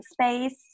space